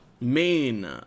main